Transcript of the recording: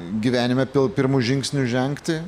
gyvenime pil pirmus žingsnius žengti